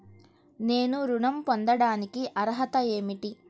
నేను ఋణం పొందటానికి అర్హత ఏమిటి?